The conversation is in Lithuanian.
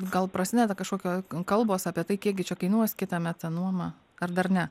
gal prasideda kažkokio kalbos apie tai kiekgi čia kainuos kitąmet ta nuoma ar dar ne